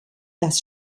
das